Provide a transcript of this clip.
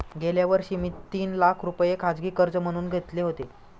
गेल्या वर्षी मी तीन लाख रुपये खाजगी कर्ज म्हणून घेतले होते